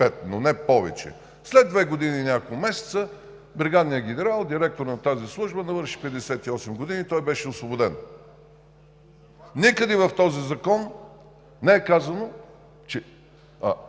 но не повече. След две години и няколко месеца бригадният генерал, директор на тази служба, навърши 58 години и беше освободен. Никъде в Закона не е казано, че